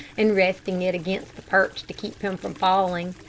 and resting it against the perch to keep him from falling.